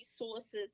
resources